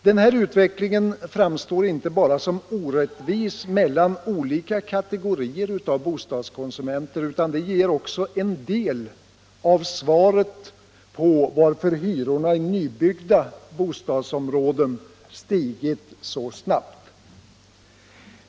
Denna utveckling framstår inte bara som orättvis mellan olika kategorier av bostadskonsumenter utan ger också en del av svaret på frågan varför hyrorna i nybyggda bostadsområden har stigit så snabbt.